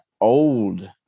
old